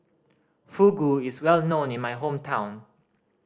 fugu is well known in my hometown